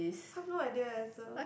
I have no idea also